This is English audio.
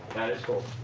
that is cool.